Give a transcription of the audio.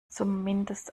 zumindest